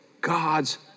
God's